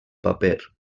paper